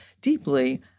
deeply